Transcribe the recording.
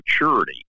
maturity